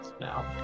now